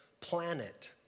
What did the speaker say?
planet